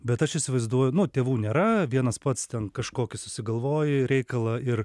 bet aš įsivaizduoju nu tėvų nėra vienas pats ten kažkokį susigalvoji reikalą ir